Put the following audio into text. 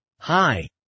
Hi